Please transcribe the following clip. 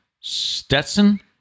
Stetson